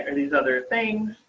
and these other thing.